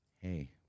hey